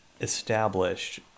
established